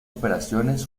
operaciones